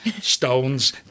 stones